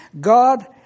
God